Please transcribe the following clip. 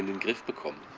this but